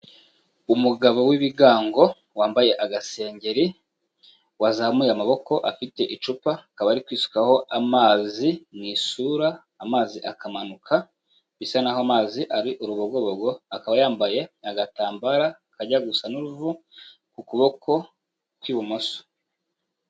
Umugabo w'ibigango wambaye agasengeri, wazamuye amaboko afite icupa akaba ari kwisukaho amazi mu isura, amazi akamanuka, bisa naho amazi ari urubogobogo, akaba yambaye agatambaro kajya gusa n'uruvu ku kuboko kw'ibumoso.